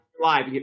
live